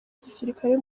gisirikare